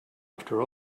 after